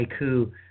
haiku